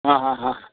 ಹಾಂ ಹಾಂ ಹಾಂ